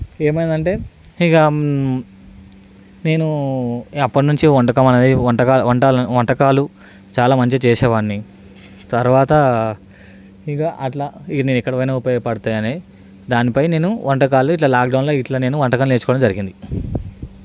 ఏమైందంటే ఇక నేను అప్పటినుంచి వంటకం అనేది వంటలు వంటలు వంటకాలు చాలా మంచిగా చేసేవాడిని తర్వాత ఇక అట్లా నేను ఎక్కడికిపోయినా ఉపయోగపడతాయి అని దానిపై నేను ఇట్ల వంటకాలు లాక్డౌన్లో నేను వంటకాలు నేర్చుకోవడం జరిగింది